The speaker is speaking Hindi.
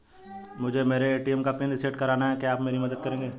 मुझे मेरे ए.टी.एम का पिन रीसेट कराना है क्या आप मेरी मदद करेंगे?